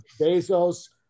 Bezos